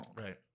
Right